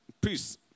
please